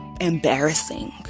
embarrassing